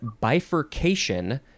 bifurcation